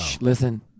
Listen